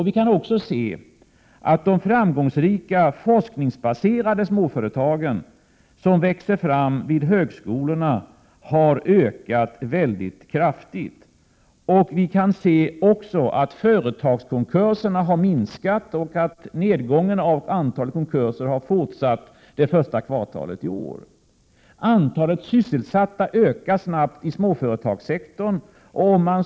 Vi kan också se att antalet framgångsrika forskningsbaserade småföretag som växer fram vid högskolorna har ökat mycket kraftigt. Företagskonkurserna har minskat, och nedgången av antalet konkurser har fortsatt första kvartalet i år. Antalet sysselsatta ökar snabbt i småföretagssektorn.